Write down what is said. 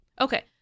Okay